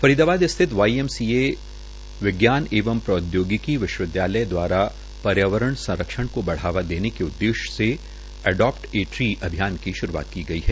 फरीदाबाद स्थित वाईएमसीए विज्ञान प्रौदयोगिकी विश्वविदयालय दवारा पर्यावरण संरक्षण को बढ़ावा देने के उददेश्य से अडॉप्ट ए ट्री अभियान की शुरूआत की गई है